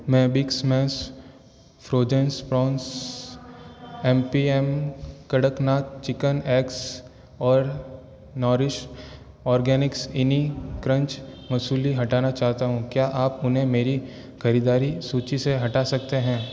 मैं big smash frozens prawns M P M Kadaknath chicken eggs और Nourish Organics इनी crunch muesli हटाना चाहता हूँ क्या आप उन्हें मेरी खरीदारी सूची से हटा सकते हैं